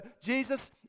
Jesus